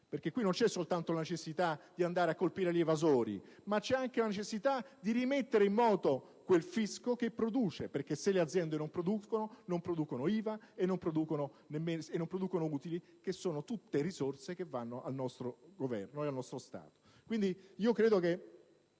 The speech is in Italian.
fiscali. Qui non c'è soltanto la necessità di andare a colpire gli evasori, ma c'è anche la necessità di rimettere in moto quel fisco che produce, perché se le aziende non producono, non producono IVA e non producono utili, che sono tutte risorse che vanno al nostro Stato.